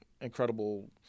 incredible